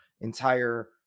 entire